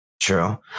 True